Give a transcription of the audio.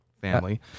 family